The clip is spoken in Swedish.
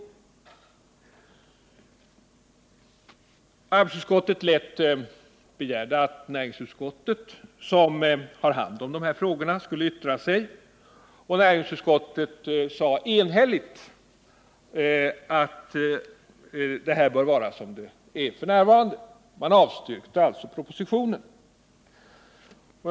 Arbetsmarknadsutskottet begärde att näringsutskottet, som är det utskott som handlägger dessa frågor, skulle yttra sig om detta, och näringsutskottet uttalade enhälligt att den nuvarande ordningen bör kvarstå. Utskottet avstyrkte alltså propositionen i den delen.